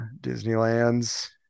Disneyland's